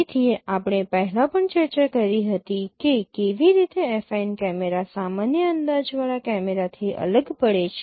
તેથી આપણે પહેલા પણ ચર્ચા કરી હતી કે કેવી રીતે એફાઇન કેમેરા સામાન્ય અંદાજવાળા કેમેરાથી અલગ પડે છે